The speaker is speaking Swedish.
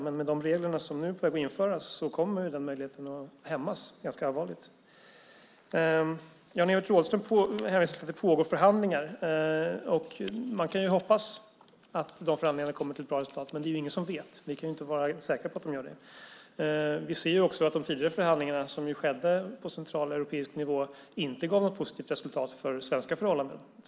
Men med de regler som nu är på väg att införas kommer den möjligheten att hämmas ganska allvarligt. Jan-Evert Rådhström hänvisar till att det pågår förhandlingar. Man kan hoppas att de förhandlingarna kommer till ett bra resultat, men det är ingen som vet. Vi kan inte vara säkra på att de gör det. De tidigare förhandlingarna som skedde på central europeisk nivå gav inte något positivt resultat för svenska förhållanden.